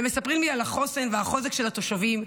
הם מספרים לי על החוסן והחוזק של התושבים,